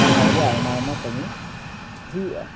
ᱚᱱᱞᱟᱭᱤᱱᱨᱮ ᱟᱭᱢᱟ ᱟᱭᱢᱟ ᱠᱟᱹᱢᱤ ᱦᱩᱭᱩᱜᱼᱟ